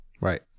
right